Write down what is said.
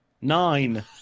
Nine